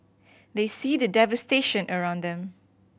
they see the devastation around them